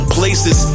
places